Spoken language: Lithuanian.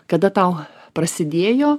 kada tau prasidėjo